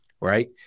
Right